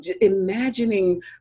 imagining